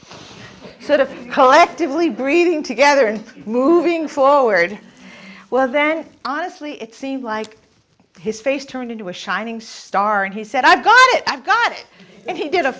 sort of collectively breathing together and moving forward well then honestly it seemed like his face turned into a shining star and he said i've got it i've got it and he did a